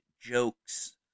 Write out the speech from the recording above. jokes